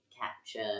capture